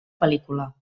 pel·lícula